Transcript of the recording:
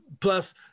Plus